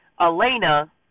Elena